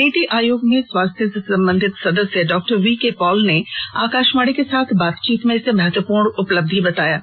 नीति आयोग में स्वास्थ्य से संबंधित सदस्य डॉ वीके पॉल ने आकाशवाणी के साथ बातचीत में इसे महत्वपूर्ण उपलब्धि बताया है